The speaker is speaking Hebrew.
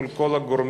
מול כל הגורמים.